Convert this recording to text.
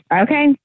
Okay